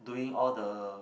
doing all the